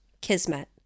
Kismet